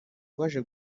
rwaje